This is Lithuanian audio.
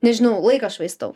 nežinau laiką švaistau